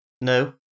no